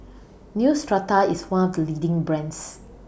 Neostrata IS one of The leading brands